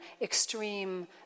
extreme